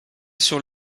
sur